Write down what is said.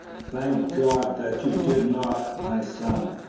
thank god that you did not, my son!